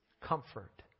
Comfort